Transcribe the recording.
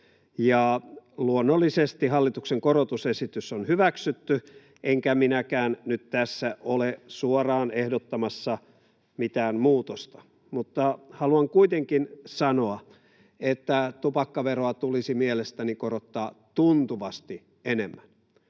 Luonnollisesti hallituksen korotusesitys on hyväksytty, enkä minäkään nyt tässä ole suoraan ehdottamassa mitään muutosta, mutta haluan kuitenkin sanoa, että tupakkaveroa tulisi mielestäni korottaa tuntuvasti enemmän.